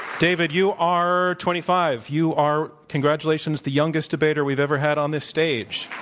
david, you are twenty five. you are, congratulations, the youngest debater we've ever had on this stage.